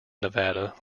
nevada